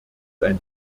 ein